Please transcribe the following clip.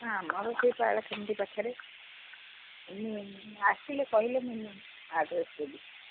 ହଁ ମୋର ସେ ପାରଳାଖେମୁଣ୍ଡି ପାଖରେ ମୁଁ ଆସିଲେ କହିଲେ ମୁଁ ଆଡ୍ରେସ୍ ଦେବି